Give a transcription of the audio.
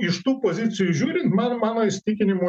iš tų pozicijų žiūrint man mano įsitikinimu